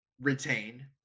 retain